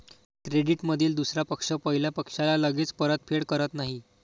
क्रेडिटमधील दुसरा पक्ष पहिल्या पक्षाला लगेच परतफेड करत नाही